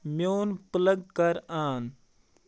میون پٕلَگ کَر آن